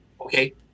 Okay